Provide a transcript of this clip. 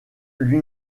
lui